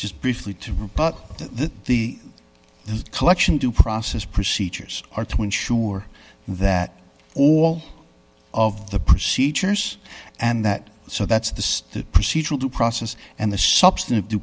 just briefly to report that the the collection due process procedures are twin sure that all of the procedures and that so that's the procedural due process and the substantive due